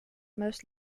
most